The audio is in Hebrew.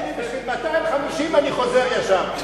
בשביל 250,000 אני חוזר לשם.